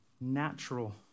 natural